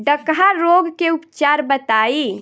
डकहा रोग के उपचार बताई?